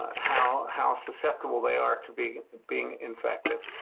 how how susceptible they are to being being infected.